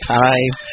time